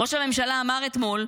ראש הממשלה אמר אתמול: